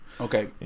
Okay